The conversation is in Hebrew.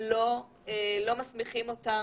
לא מסמיכים אותם,